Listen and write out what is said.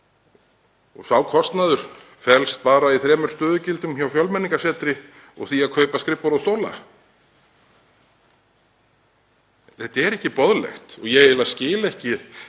og sá kostnaður felst bara í þremur stöðugildum hjá Fjölmenningarsetri og því að kaupa skrifborð og stóla. Þetta er ekki boðlegt og ég eiginlega skil ekki í